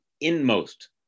inmost